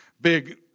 big